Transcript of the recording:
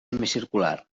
semicircular